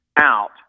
out